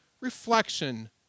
reflection